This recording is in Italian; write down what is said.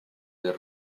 del